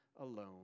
alone